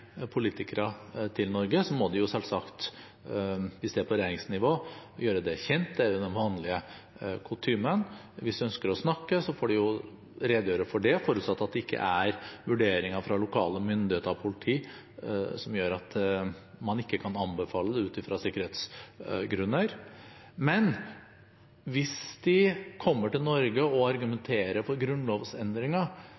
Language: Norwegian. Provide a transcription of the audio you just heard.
til Norge, på regjeringsnivå, er at de selvsagt må gjøre det kjent, det er den vanlige kutymen. Hvis de ønsker å snakke, får de redegjøre for det, forutsatt at det ikke er vurderinger fra lokale myndigheter og politi som gjør at man ikke kan anbefale det ut fra sikkerhetsgrunner. Men hvis de kommer til Norge